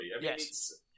yes